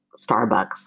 Starbucks